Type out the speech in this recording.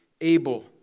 Abel